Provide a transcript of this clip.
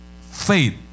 faith